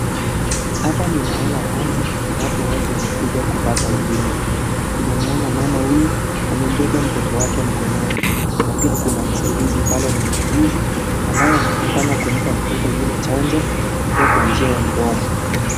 Hapa ni mahala wazi ambapo watu wamekuja kupata huduma. Tunamuona mama huyu amembeba mtoto wake mkononi na pia kuna msaidizi pale muuguzi ambaye anaonekana kumpa mtoto yule chanja kupitia kwa njia ya mdomo.